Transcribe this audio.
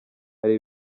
hari